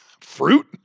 fruit